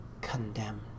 condemned